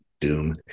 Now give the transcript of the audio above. doom